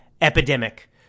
epidemic